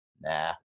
nah